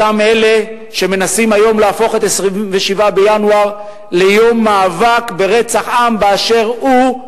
אותם אלה שמנסים היום להפוך את 27 בינואר ליום מאבק ברצח-עם באשר הוא,